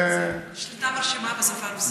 שליטה מרשימה בשפה הרוסית.